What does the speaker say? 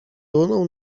runął